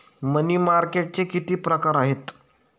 मनी मार्केटचे किती प्रकार आहेत?